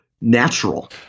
natural